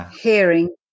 hearing